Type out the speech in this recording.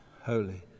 holy